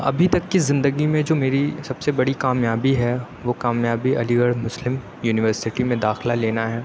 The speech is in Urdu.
ابھی تک کی زندگی میں جو میری سب سے بڑی کامیابی ہے وہ کامیابی علی گڑھ مسلم یونیورسٹی میں داخلہ لینا ہے